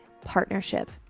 partnership